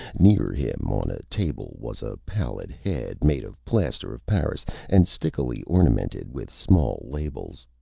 near him, on a table, was a pallid head made of plaster-of-paris and stickily ornamented with small labels.